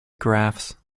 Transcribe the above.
graphs